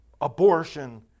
abortion